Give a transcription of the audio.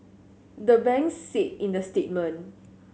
the banks said in the statement